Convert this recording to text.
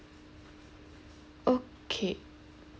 okay